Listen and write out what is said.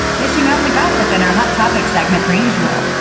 dishing out the gossip in her hot topics segment per usual.